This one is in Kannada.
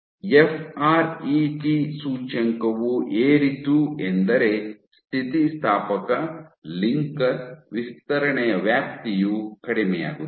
ಎಫ್ ಆರ್ ಇ ಟಿ ಸೂಚ್ಯಂಕವು ಏರಿತು ಎಂದರೆ ಸ್ಥಿತಿಸ್ಥಾಪಕ ಲಿಂಕರ್ ವಿಸ್ತರಣೆಯ ವ್ಯಾಪ್ತಿಯು ಕಡಿಮೆಯಾಗುತ್ತದೆ